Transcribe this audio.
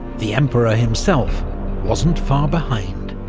the emperor himself wasn't far behind.